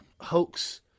hoax